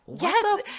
yes